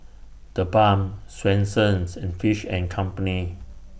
TheBalm Swensens and Fish and Company